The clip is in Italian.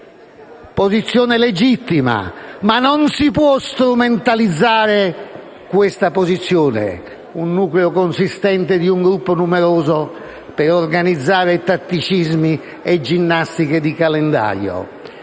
Posizione legittima, ma non si può strumentalizzare la posizione di un nucleo consistente di un Gruppo numeroso per organizzare tatticismi e ginnastiche di calendario